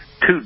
two